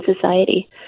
Society